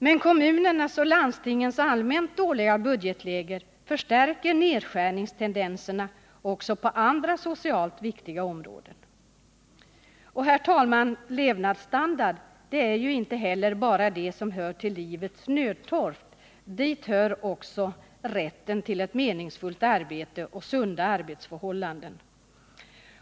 Men kommunernas och landstingens allmänt dåliga budgetläge förstärker nedskärningstendenserna också på andra socialt viktiga områden. Herr talman! Levnadsstandard är inte bara det som hör till livets nödtorft. Dit hör också rätten till ett meningsfullt arbete och sunda arbetsförhållanden.